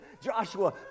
Joshua